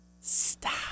Stop